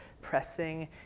pressing